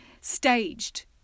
staged